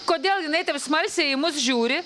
kodėl jinai taip smalsiai į mus žiūri